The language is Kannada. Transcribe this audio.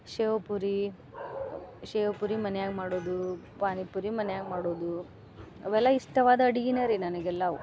ಶೇವ್ ಪುರಿ ಶೇವ್ ಪುರಿ ಮನ್ಯಾಗ ಮಾಡುದು ಪಾನಿಪುರಿ ಮನ್ಯಾಗ ಮಾಡುದು ಅವೆಲ್ಲ ಇಷ್ಟವಾದ ಅಡಿಗಿನ ರೀ ನನಗೆ ಎಲ್ಲವು